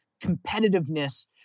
competitiveness